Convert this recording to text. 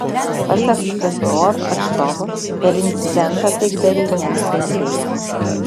pasak kfor atstovo per incidentą taikdariai nenukentėjo